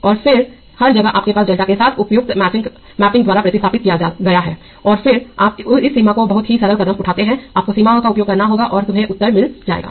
और फिर हर जगह आपके पास डेल्टा के साथ उपयुक्त मैपिंग द्वारा प्रतिस्थापित किया गया है और फिर आप इस सीमा को बहुत ही सरल कदम उठाते हैं आपको सीमाओं का उपयोग करना होगा और तुम्हें उत्तर मिल जाएगा